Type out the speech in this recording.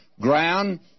ground